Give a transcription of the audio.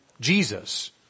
Jesus